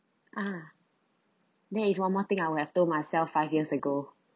ah there is one more thing I will have told myself five years ago